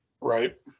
Right